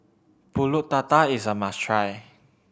Pulut Tatal is a must try